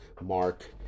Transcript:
mark